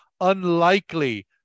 unlikely